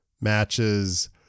matches